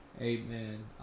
Amen